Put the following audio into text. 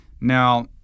Now